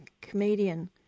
comedian